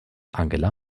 angela